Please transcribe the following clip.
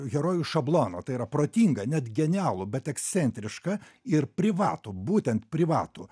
herojų šabloną tai yra protingą net genialų bet ekscentrišką ir privatų būtent privatų